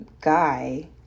guy